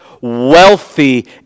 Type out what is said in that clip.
wealthy